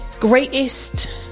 greatest